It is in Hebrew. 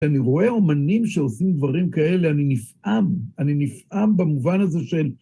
אני רואה אומנים שעושים דברים כאלה, אני נפעם, אני נפעם במובן הזה של...